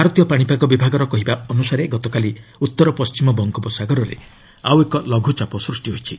ଭାରତୀୟ ପାଶିପାଗ ବିଭାଗର କହିବା ଅନୁସାରେ ଗତକାଲି ଉତ୍ତର ପଶ୍ଚିମ ବଙ୍ଗୋପସାଗରରେ ଆଉ ଏକ ଲଘୁଚାପ ସୃଷ୍ଟି ହୋଇଛି